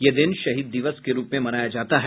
यह दिन शहीद दिवस के रूप में मनाया जाता है